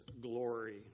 glory